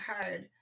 hard